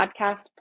podcast